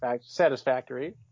Satisfactory